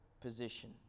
Position